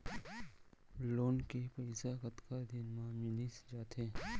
Loan के पइसा कतका दिन मा मिलिस जाथे?